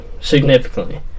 significantly